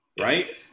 Right